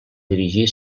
dirigir